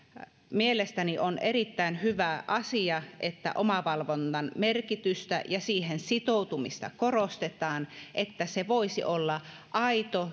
mielestäni on erittäin hyvä asia että omavalvonnan merkitystä ja siihen sitoutumista korostetaan jotta se voisi olla aito